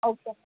okay